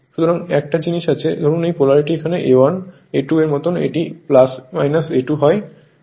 সুতরাং একটা জিনিস আছে ধরুন এই পোলারিটিটি এখানে a1 a2 এর মত নয় এটি a 2 হয়